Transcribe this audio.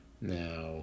Now